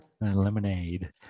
Lemonade